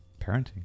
parenting